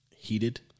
heated